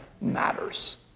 matters